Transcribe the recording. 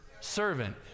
Servant